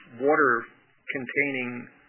water-containing